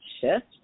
shift